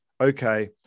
okay